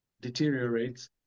deteriorates